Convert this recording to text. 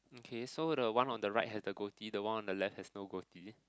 okay so the one on the right have the goatie the one on the left has no goatie